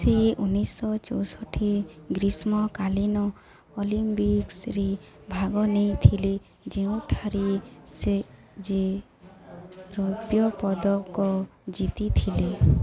ସିଏ ଉଣେଇଶହ ଚଉଷଠି ଗ୍ରୀଷ୍ମକାଳିନ ଅଲିମ୍ପିକ୍ସରେ ଭାଗ ନେଇଥିଲେ ଯେଉଁଠାରେ ସେ ଯେ ରୌପ୍ୟ ପଦକ ଜିତିଥିଲେ